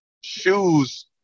shoes